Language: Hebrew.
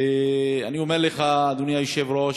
ואני אומר לך, אדוני היושב-ראש,